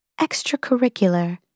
extracurricular